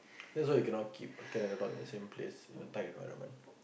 that's why you cannot keep a cat and a dog in a same place they attack each other what